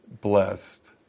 blessed